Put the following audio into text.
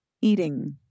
eating